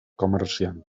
comerciant